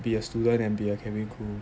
be a student and be a cabin crew